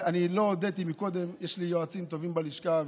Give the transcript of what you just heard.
אני לא הודיתי קודם: יש לי יועצים טובים בלשכה,